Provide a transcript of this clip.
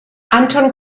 anton